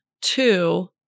Two